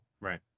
right